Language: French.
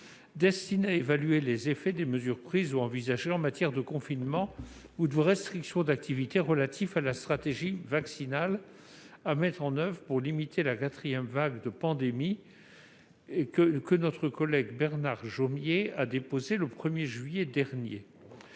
destinée à évaluer les effets des mesures prises ou envisagées en matière de confinement ou de restrictions d'activités, quant à la stratégie vaccinale à mettre en oeuvre pour limiter la quatrième vague de la pandémie, rapport que notre collègue Bernard Jomier a déposé le 1 juillet dernier.